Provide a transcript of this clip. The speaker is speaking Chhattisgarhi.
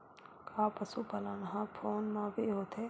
का पशुपालन ह फोन म भी होथे?